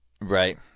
Right